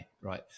right